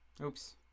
oops